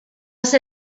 ser